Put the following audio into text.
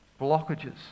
blockages